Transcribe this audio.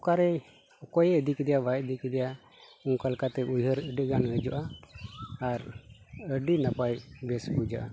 ᱚᱠᱟᱨᱮ ᱚᱠᱚᱭᱮ ᱤᱫᱤ ᱠᱮᱫᱮᱭᱟ ᱵᱟᱭ ᱤᱫᱤ ᱠᱮᱫᱮᱭᱟ ᱚᱱᱠᱟ ᱞᱮᱠᱟᱛᱮ ᱩᱭᱦᱟᱹᱨ ᱟᱹᱰᱤ ᱜᱟᱱ ᱦᱤᱡᱩᱜᱼᱟ ᱟᱨ ᱟᱹᱰᱤ ᱱᱟᱯᱟᱭ ᱵᱮᱥ ᱵᱩᱡᱷᱟᱹᱜᱼᱟ